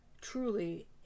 truly